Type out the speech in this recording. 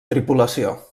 tripulació